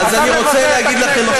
אתה מבזה את הכנסת, אתה מבזה את הכנסת.